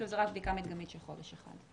שוב, זה רק בדיקה מדגמית של חודש אחד.